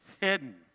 hidden